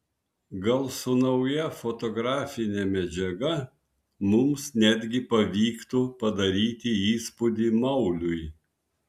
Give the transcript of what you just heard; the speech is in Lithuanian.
gal su nauja fotografine medžiaga mums netgi pavyktų padaryti įspūdį mauliui